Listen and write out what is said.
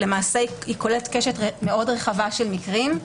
כוללת קשת מאוד רחבה של מקרים.